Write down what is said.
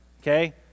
Okay